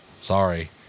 sorry